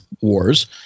wars